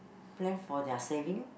plan for their saving